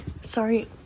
Sorry